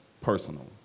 personal